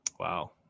Wow